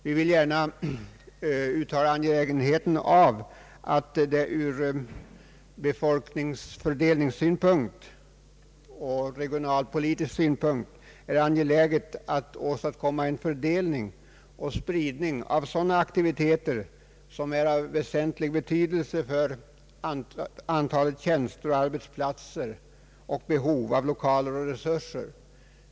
Vi vill gärna uttala att det ur befolkningsfördelningssynpunkt och regionalpolitisk synpunkt är angeläget att åstadkomma en spridning av sådana aktiviteter som är av väsentlig betydelse för antalet tjänster och arbetsplatser och för behov av lokaler och resurser.